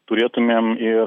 turėtumėm ir